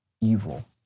evil